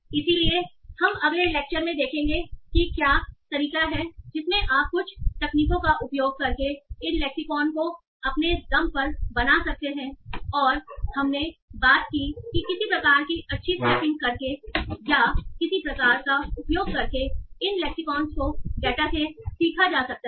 इसलिए हम अगले लेक्चर में देखेंगे कि क्या कोई तरीका है जिसमें आप कुछ तकनीकों का उपयोग करके इन लेक्सिकॉन को अपने दम पर बना सकते हैं और हमने बात की किसी प्रकार की अच्छी स्ट्रैपिंग करके या किसी प्रकार का उपयोग करके इन लेक्सिकॉन को डेटा से सीखा जा सकता है